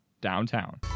downtown